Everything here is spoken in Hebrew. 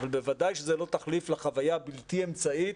אבל בוודאי שזה לא תחליף לחוויה הבלתי אמצעית,